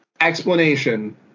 explanation